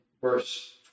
verse